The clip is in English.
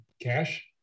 Cash